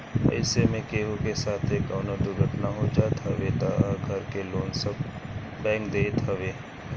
अइसे में केहू के साथे कवनो दुर्घटना हो जात हवे तअ घर के लोन सब बैंक देत हवे